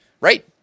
Right